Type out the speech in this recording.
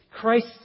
Christ